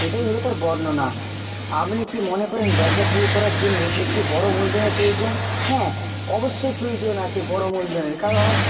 এটাই হল তার বর্ণনা আমনি কি মনে করেন ব্যবসা শুরু করার জন্য একটি বড়ো মূলধনের প্রয়োজন হ্যাঁ অবশ্যই প্রয়োজন আছে বড়ো মূলধনের কারণ